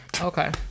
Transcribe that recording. okay